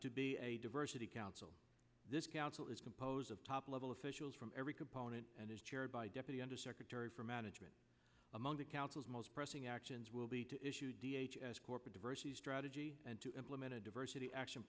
to be a diversity council this council is composed of top level officials from every component and is chaired by deputy undersecretary for management among the council's most pressing actions will be to issue d h as corporate diversity strategy and to implement a diversity action